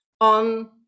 on